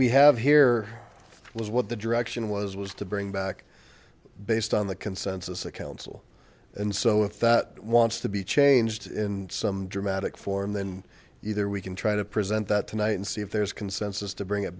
we have here was what the direction was was to bring back based on the consensus of council and so if it wants to be changed in some dramatic form then either we can try to present that tonight and see if there's consensus to bring it